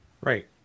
right